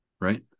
right